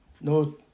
no